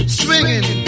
swinging